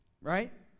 right